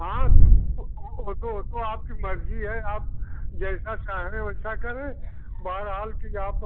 हाँ वह तो वह तो आपकी मर्ज़ी है आप जैसा चाहें वैसा करें बहर हाल कि आप